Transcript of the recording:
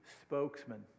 spokesman